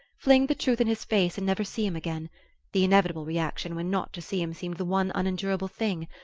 fling the truth in his face and never see him again the inevitable reaction, when not to see him seemed the one unendurable thing,